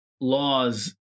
laws